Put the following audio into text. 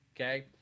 okay